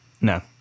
No